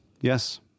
yes